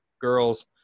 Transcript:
girls